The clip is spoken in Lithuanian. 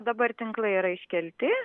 dabar tinklai yra iškelti